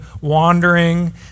wandering